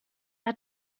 hat